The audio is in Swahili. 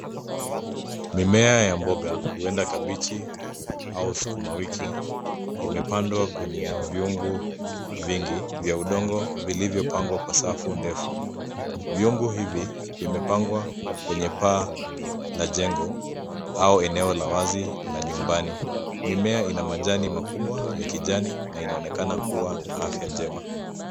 Mimea ya mboga huenda kabeji au sukumawiki imepandwa kwenye viungo vingi vya udongo vilivyopangwa kwa safu ndefu viungo hivi vimepangwa kwenye paa la jengo au eneo la wazi la nyumbani mimea ina majani makubwa ya kijani na inaonekana kuwa na afya njema.